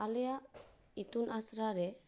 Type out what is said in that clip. ᱟᱞᱮᱭᱟᱜ ᱤᱛᱩᱱ ᱟᱥᱲᱟ ᱨᱮ